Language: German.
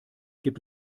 gibt